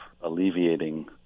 alleviating